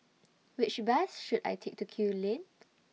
Which Bus should I Take to Kew Lane